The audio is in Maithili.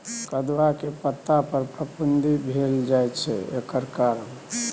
कदुआ के पता पर फफुंदी भेल जाय छै एकर कारण?